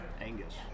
Angus